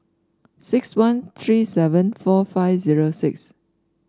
six one three seven four five zero six